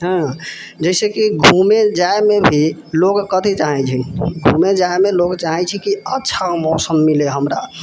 हँ जइसे कि घुमैले जाइमे भी लोक कथि चाहे छै घुमैले जाइमे लोक चाहे छै कि अच्छा मौसम मिलै हमरा आरके क्या पूछते हैं